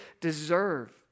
deserve